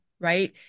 right